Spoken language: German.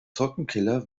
trockenkeller